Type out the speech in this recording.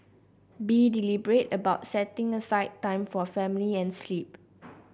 be deliberate about setting aside time for family and sleep